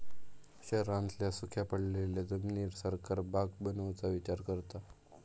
शहरांतल्या सुख्या पडलेल्या जमिनीर सरकार बाग बनवुचा विचार करता